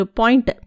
point